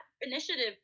initiative